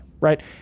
right